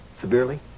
Severely